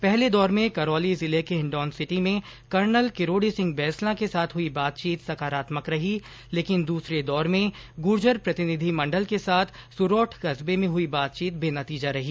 पहले दौर में करौली जिले के हिण्डौन सिटी में कर्नल किरोड़ी सिंह बैंसला के साथ हुई बातचीत सकारात्मक रही लेकिन दूसरे दौर में गुर्जर प्रतिनिधि मंडल के साथ सूरौठ कस्बे में हुई बातचीत बेनतीजा रही